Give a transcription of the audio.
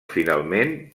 finalment